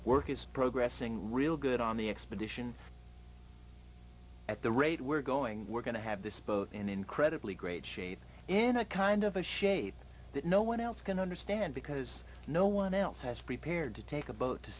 work is progress in real good on the expedition at the rate we're going we're going to have this boat in incredibly great shape in a kind of a shape that no one else can understand because no one else has prepared to take a boat to